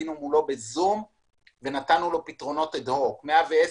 עלינו מולו בזום ונתנו פתרונות מידיים.